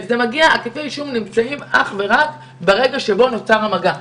כתבי האישום נוגעים אך ורק לרגע שנוצר המגע,